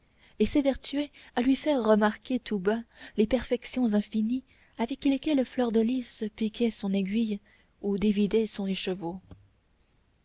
et s'évertuait à lui faire remarquer tout bas les perfections infinies avec lesquelles fleur de lys piquait son aiguille ou dévidait son écheveau